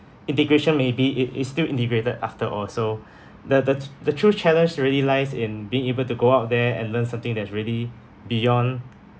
integration may be it is still integrated after all so the the the true challenge already lies in being able to go out there and learn something that's really beyond